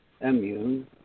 immune